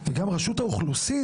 וגם רשות האוכלוסין,